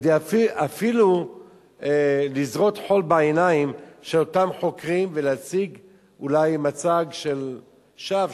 אפילו לזרות חול בעיניים של אותם חוקרים ולהציג אולי מצג שווא,